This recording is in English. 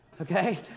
okay